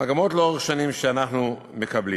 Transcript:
מגמות לאורך שנים שאנחנו מקבלים,